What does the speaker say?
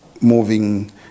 moving